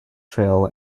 trail